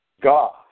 God